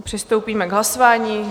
Přistoupíme k hlasování.